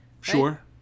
Sure